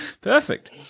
Perfect